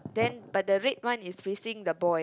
then but the red one is facing the boy